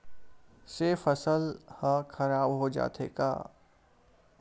से फसल ह खराब हो जाथे का?